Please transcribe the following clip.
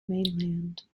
mainland